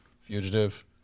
Fugitive